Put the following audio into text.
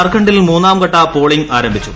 ജാർഖണ്ഡിൽ മൂന്നാം ഘട്ട പോളിങ് ആരംഭിച്ചു